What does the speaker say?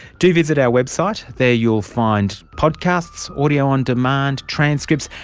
do visit our website. there you will find podcasts, audio on demand, transcripts,